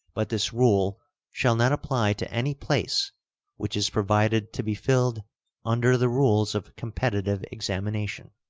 but this rule shall not apply to any place which is provided to be filled under the rules of competitive examination.